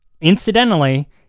Incidentally